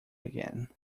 again